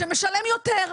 שמשלם יותר.